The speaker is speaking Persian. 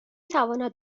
تواند